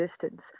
distance